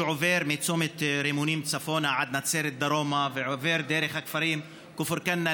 שעובר מצומת רימונים צפונה עד נצרת דרומה ועובר דרך הכפרים כפר כנא,